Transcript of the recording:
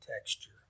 texture